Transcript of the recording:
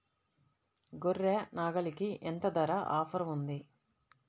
గొర్రె, నాగలికి ఎంత ధర ఆఫర్ ఉంది?